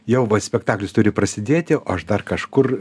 jau va spektaklis turi prasidėti o aš dar kažkur